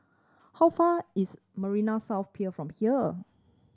how far is Marina South Pier from here